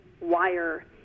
wire